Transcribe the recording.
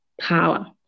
power